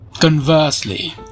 Conversely